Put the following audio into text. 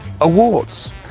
awards